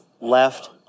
left